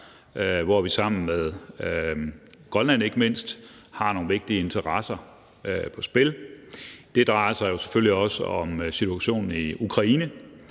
hvor vi sammen med ikke mindst Grønland har nogle vigtige interesser på spil. Det drejer sig selvfølgelig også om situationen i Ukraine,